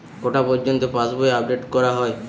কটা পযর্ন্ত পাশবই আপ ডেট করা হয়?